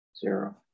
zero